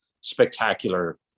spectacular